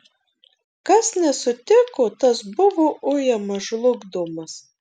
kas nesutiko tas buvo ujamas žlugdomas